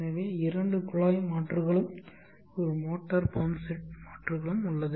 எனவே இரண்டு குழாய் மாற்றுகளும் ஒரு மோட்டார் பம்ப் செட் மாற்றுகளும் உள்ளது